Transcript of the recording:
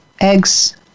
eggs